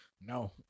No